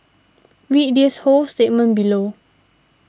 read his whole statement below